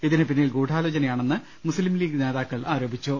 ഇതിന് പിന്നിൽ ഗൂഢാലോചനയാണെന്ന് മുസ്തിം ലീഗ് നേതാക്കൾ ആരോപിച്ചു